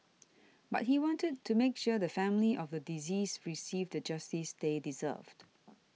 but he wanted to make sure the family of the deceased received the justice they deserved